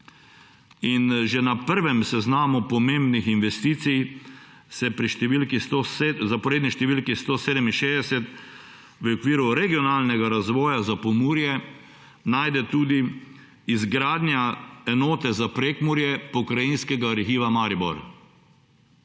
Že na prvem seznamu pomembnih investicij se pri zaporedni številki 167 v okviru regionalnega razvoja za Pomurje najde tudi izgradnja enote za Prekmurje Pokrajinskega arhiva Maribor.